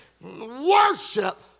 Worship